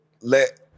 let